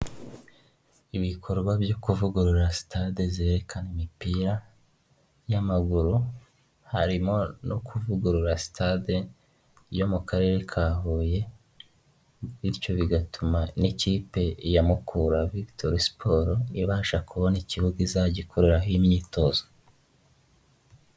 Ibikorwa byo kuvugurura sitade zerekana imipira y'amaguru harimo no kuvugurura stade yo mu karere ka Huye bityo bigatuma n'ikipe ya Mukura vigitori siporo ibasha kubona ikibuga izajya ikoreraho imyitozo.